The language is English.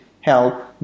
help